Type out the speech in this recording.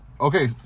Okay